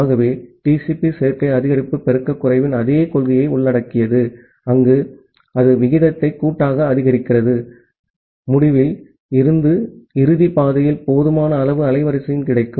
ஆகவே TCP சேர்க்கை அதிகரிப்பு பெருக்கக் குறைவின் அதே கொள்கையை உள்ளடக்கியது அங்கு அது விகிதத்தை கூட்டாக அதிகரிக்க போதெல்லாம் முடிவில் இருந்து இறுதி பாதையில் போதுமான அளவு அலைவரிசை கிடைக்கும்